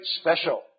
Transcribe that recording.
special